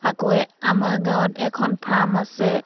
আকৌ আমাৰ গাঁৱত এখন ফাৰ্ম আছে